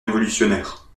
révolutionnaire